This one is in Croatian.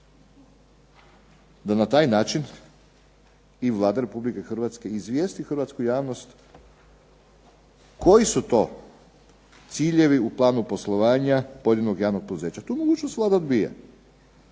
da na taj način i Vlada Republike Hrvatske izvijesti hrvatsku javnost koji su to ciljevi u planu poslovanja pojedinog javnog poduzeća. Tu mogućnost Vlada odbija.